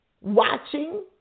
watching